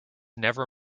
never